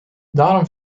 daarom